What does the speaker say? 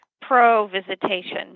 pro-visitation